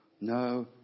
No